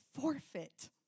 forfeit